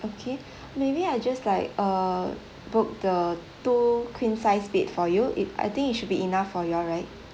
okay maybe I just like err book the two queen size bed for you it I think it should be enough for you all right